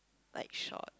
like shot